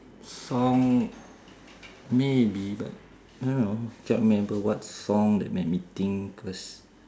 song maybe but I don't know can't remember what song that make me think first